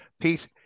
Pete